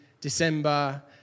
December